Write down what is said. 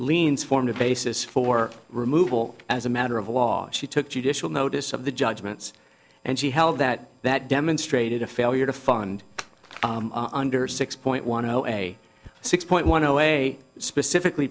liens formed a basis for removal as a matter of law she took judicial notice of the judgments and she held that that demonstrated a failure to fund under six point one zero a six point one zero way specifically